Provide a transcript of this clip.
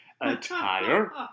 attire